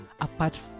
apart